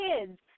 kids